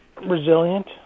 resilient